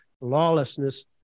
lawlessness